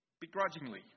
begrudgingly